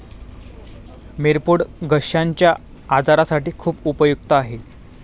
मिरपूड घश्याच्या आजारासाठी खूप उपयुक्त आहे